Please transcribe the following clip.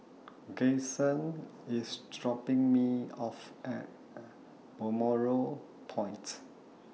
IS dropping Me off At Balmoral Point